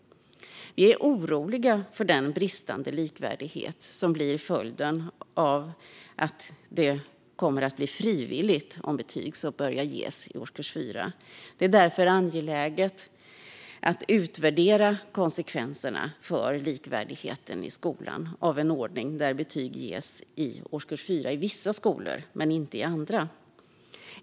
Vi är oroliga över den bristande likvärdighet som blir följden om det kommer att bli frivilligt att börja ge betyg från årskurs 4. Det är därför angeläget att utvärdera konsekvenserna för likvärdigheten i skolan av en ordning där betyg ges i årskurs 4 i vissa skolor men inte i andra.